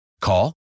Call